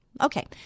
Okay